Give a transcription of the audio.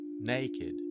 naked